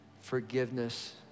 forgiveness